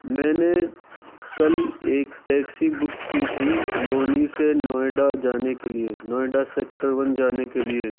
میں نے کل ایک ٹیکسی بک کی تھی لونی سے نوئیڈا جانے کے لیے نوئیڈا سیکٹر ون جانے کے لیے